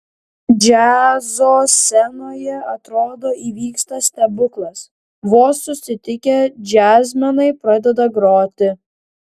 džiazo scenoje atrodo įvyksta stebuklas vos susitikę džiazmenai pradeda groti